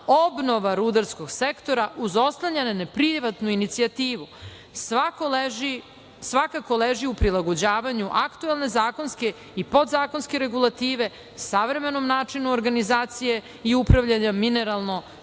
obnova rudarskog sektora uz oslanjanje na privatnu inicijativu svakako leži u prilagođavanju aktuelne zakonske i podzakonske regulative, savremenom načinu organizacije i upravljanja